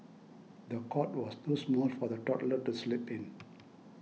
the cot was too small for the toddler to sleep in